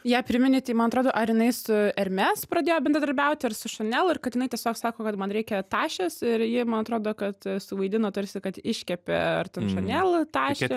ją priminei tai man atrodo ar jinai su hermes pradėjo bendradarbiauti ar su chanel ir kad jinai tiesiog sako kad man reikia tašės ir ji man atrodo kad suvaidino tarsi kad iškepė ar ten chanel tašę